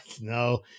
No